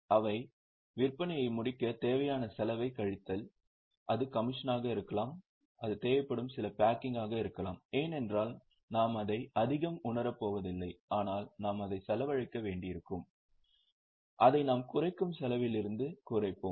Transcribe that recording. அவை விற்பனையை முடிக்க தேவையான செலவைக் கழித்தல் அது கமிஷனாக இருக்கலாம் அது தேவைப்படும் சில பேக்கிங் ஆக இருக்கலாம் ஏனென்றால் நாம் அதை அதிகம் உணரப் போவதில்லை ஆனால் நாம் அதைச் செலவழிக்க வேண்டியிருக்கும் அதை செலவில் இருந்து குறைப்போம்